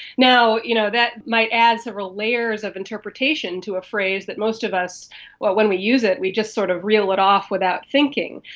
you know that might add several layers of interpretation to a phrase that most of us when we use it we just sort of reel it off without thinking.